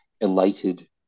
elated